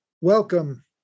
welcome